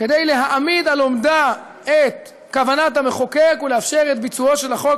כדי להעמיד על עומדה את כוונת המחוקק ולאפשר את ביצועו של החוק,